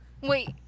Wait